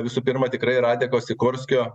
visų pirma tikrai radeko sikorskio